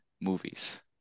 movies